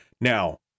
Now